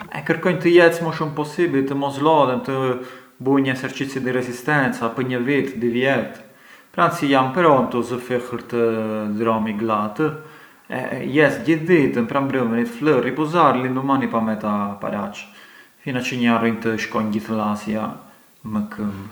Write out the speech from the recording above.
Kërkonj të jec më shumë possibili, të mos lodhem, të bunj esercizi di resistenza pë një vit, dy viet, pran si jam prontu zë fill këtë dhrom i glat e jec gjithë ditën pran mbrënvenit flë e l’indumani pameta paraç, fina çë ngë shkonj gjith l’Asia mbi këmb.